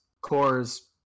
cores